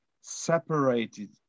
separated